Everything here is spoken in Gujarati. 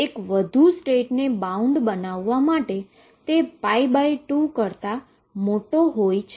એક વધુ સ્ટેટને બાઉન્ડ બનાવવા માટે તે 2 કરતા મોટો હોય છે